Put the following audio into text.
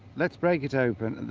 let's break it open and